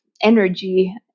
energy